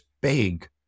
big